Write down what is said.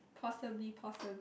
possibly possibly